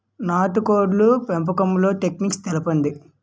నాటుకోడ్ల పెంపకంలో టెక్నిక్స్ తెలుపండి?